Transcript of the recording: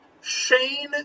Shane